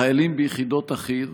חיילים ביחידות החי"ר